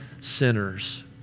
sinners